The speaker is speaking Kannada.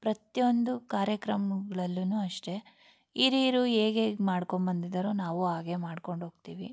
ಪ್ರತಿಯೊಂದು ಕಾರ್ಯಕ್ರಮಗಳಲ್ಲೂನು ಅಷ್ಟೇ ಹಿರೀರು ಹೇಗ್ ಹೇಗ್ ಮಾಡ್ಕೊಂಬಂದಿದ್ದಾರೋ ನಾವೂ ಹಾಗೆ ಮಾಡ್ಕೊಂಡು ಹೋಗ್ತಿವಿ